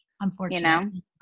Unfortunately